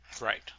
Right